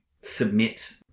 submit